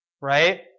right